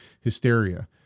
hysteria